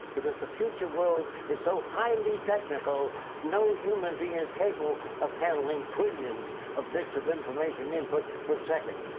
because the future world is so highly technical no human being is capable of handling trillions of bits of information input per second.